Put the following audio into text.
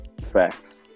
Facts